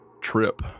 trip